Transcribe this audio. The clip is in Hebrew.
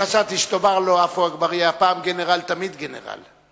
חשבתי שתאמר לו: עפו אגבאריה, פעם גנרל תמיד גנרל.